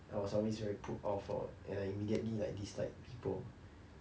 I was always very put off for and I immediately like dislike people